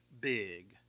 big